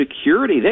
security